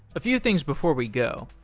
a few things before we go.